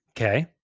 Okay